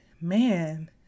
man